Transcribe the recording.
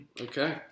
Okay